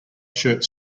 shirt